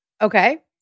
Okay